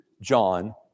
John